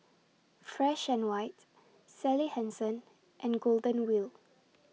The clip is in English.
Fresh and White Sally Hansen and Golden Wheel